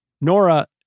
Nora